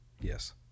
Yes